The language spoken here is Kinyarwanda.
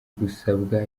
gusabwa